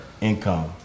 income